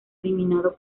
eliminado